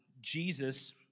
Jesus